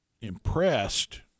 impressed